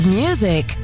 music